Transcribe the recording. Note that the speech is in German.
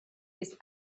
ist